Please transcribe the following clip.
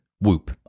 Whoop